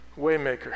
Waymaker